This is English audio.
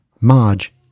Marge